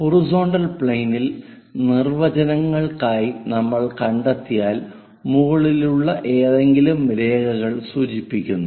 horizontal പ്ലെയിനിൽ നിർവ്വചനങ്ങൾക്കായി നമ്മൾ കണ്ടെത്തിയാൽ മുകളിലുള്ള ഏതെങ്കിലും രേഖകൾ സൂചിപ്പിക്കുന്നു